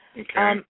Okay